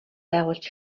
байгуулж